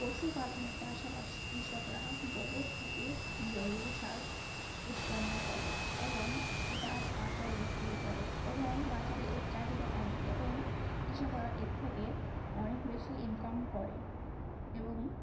পশুপালনের পাশাপাশি কৃষকরা গোবর থেকে জৈব সার উৎপন্ন করে এবং এটা বাজারে বিক্রি করে এবং বাজারে এর চাহিদা অনেক এবং কৃষকরা এর থেকে অনেক বেশি ইনকাম করে এবং